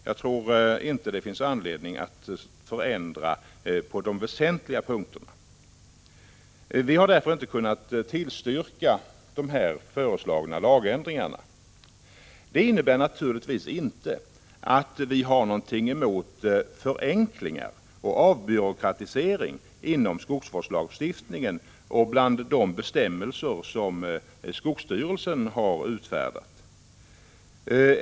Jag tror således inte att det finns anledning att ändra på de väsentliga punkterna i skogsvårdslagstiftningen. Vi har därför inte kunnat tillstyrka dessa föreslagna lagändringar. Det innebär naturligtvis inte att vi har någonting emot förenklingar och avbyråkratisering inom skogsvårdslagstiftningen och bland de bestämmelser som skogsstyrelsen har utfärdat.